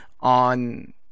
on